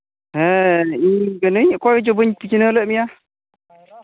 ᱦᱮᱸ ᱤᱧ ᱠᱟᱹᱱᱟᱹᱧ ᱚᱠᱚᱭ ᱪᱚ ᱵᱟᱹᱧ ᱴᱷᱤᱠᱟᱹ ᱧᱚᱜ ᱞᱮᱫ ᱢᱮᱭᱟ